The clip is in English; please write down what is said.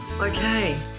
Okay